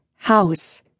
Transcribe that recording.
house